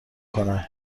کنن